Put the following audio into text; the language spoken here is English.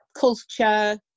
culture